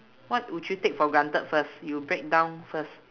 what would you take for granted first you break down first